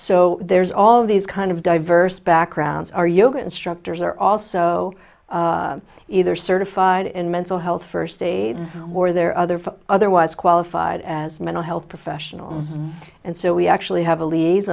so there's all these kind of diverse backgrounds are yoga instructors are also either certified in mental health first aid or there are other for otherwise qualified as mental health professionals and so we actually